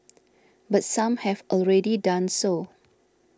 but some have already done so